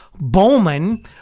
Bowman